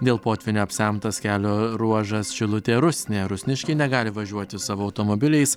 dėl potvynio apsemtas kelio ruožas šilutė rusnė rusniškiai negali važiuoti savo automobiliais